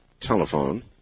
telephone